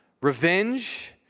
Revenge